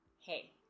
Hey